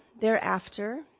thereafter